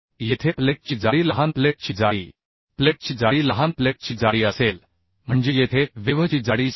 येथे प्लेटची जाडी लहान प्लेटची जाडी असेल म्हणजे येथे वेव्हची जाडी 7